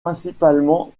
principalement